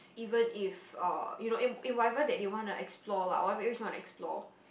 is even if uh you know in in whatever that they want to explore lah whatever ways they want to explore